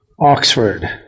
Oxford